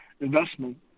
investment